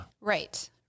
right